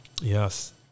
Yes